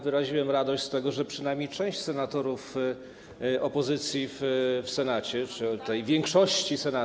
Wyraziłem radość z tego, że przynajmniej część senatorów opozycji w Senacie, czy tej większości senackiej.